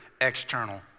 External